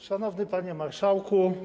Szanowny Panie Marszałku!